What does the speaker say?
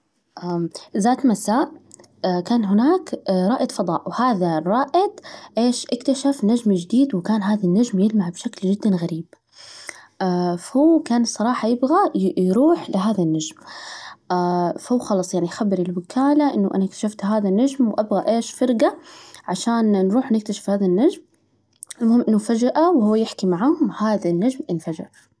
ذات مساء كان هناك رائد فضاء، وهذا الرائد إيش ؟إكتشف نجم جديد، وكان هذه النجم يلمع بشكل جدًا غريب، فهو كان الصراحة يبغى يروح لهذا النجم ، فهو خلاص يعني أخبر الوكالة إنه أنا إكتشفت هذا النجم وأبغى إيش فرقة عشان نروح نكتشف هذا النجم، المهم إنه فجأة، وهو يحكي معاهم، هذا النجم إنفجر.